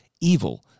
evil